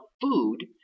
food